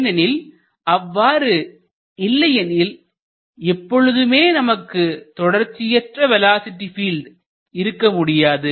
ஏனெனில் அ வ்வாறு இல்லையெனில் எப்பொழுதுமே நமக்கு தொடர்ச்சியற்ற வேலோஸிட்டி பீல்ட் இருக்க முடியாது